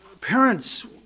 parents